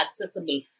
accessible